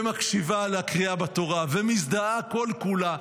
מקשיבה לקריאה בתורה ומזדהה כל-כולה.